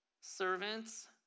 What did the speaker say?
servants